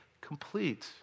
complete